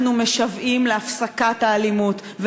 אנחנו משוועים להפסקת האלימות,